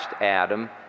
Adam